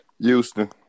Houston